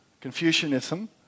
Confucianism